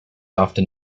often